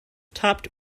topped